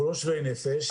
אנחנו לא שווי נפש.